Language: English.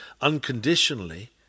unconditionally